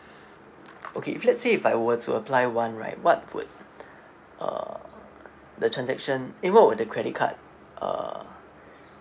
okay if let's say if I were to apply one right what would uh the transaction eh what would the credit card uh